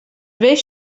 viss